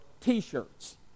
t-shirts